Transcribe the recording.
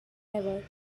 lever